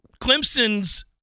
Clemson's